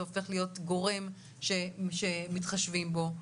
זה הופך להיות גורם שמתחשבים בו.